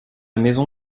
maison